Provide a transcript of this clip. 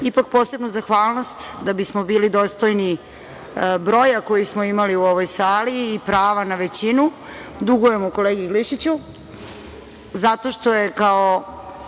posebnu zahvalnost, da bismo bili dostojni broja koji smo imali u ovoj sali i prava na većinu, dugujemo kolegi Glišiću, zato što je kao